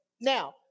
now